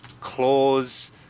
Claws